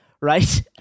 Right